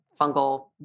fungal